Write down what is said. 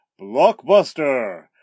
Blockbuster